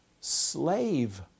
slave